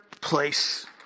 place